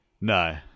No